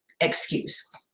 excuse